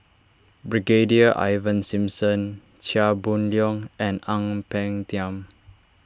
Brigadier Ivan Simson Chia Boon Leong and Ang Peng Tiam